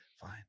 Fine